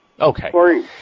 Okay